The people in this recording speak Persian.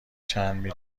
چندین